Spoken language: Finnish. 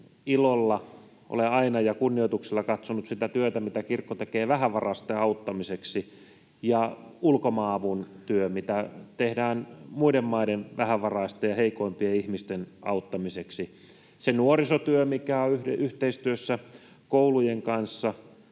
ilolla ja kunnioituksella olen aina katsonut sitä työtä, mitä kirkko tekee vähävaraisten auttamiseksi, ja Ulkomaanavun työtä, mitä tehdään muiden maiden vähävaraisten ja heikoimpien ihmisten auttamiseksi, sekä sitä nuorisotyötä, mitä on yhteistyössä koulujen kanssa.